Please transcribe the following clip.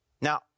Now